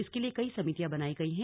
इसके लिए कई समितियां बनाई गई हैं